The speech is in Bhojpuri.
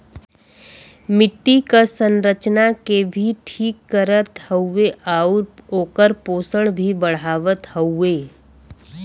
मट्टी क संरचना के भी ठीक करत हउवे आउर ओकर पोषण भी बढ़ावत हउवे